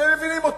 אתם מבינים אותן,